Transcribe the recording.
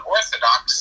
Orthodox